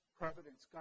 providence